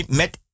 met